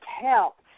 help